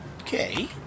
Okay